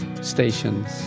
stations